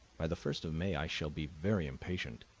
by the first of may i shall be very impatient.